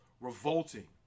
revolting